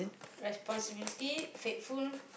responsibilities faithful